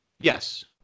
Yes